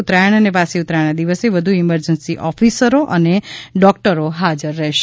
ઉત્તરાયણ અને વાસી ઉત્તરાયણના દિવસે વધુ ઇમરજન્સી ઓફિસરો અને ડોક્ટરો હાજર રહેશે